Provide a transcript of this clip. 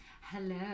Hello